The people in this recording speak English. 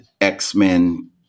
X-Men